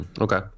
okay